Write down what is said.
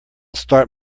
start